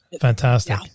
fantastic